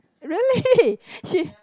really she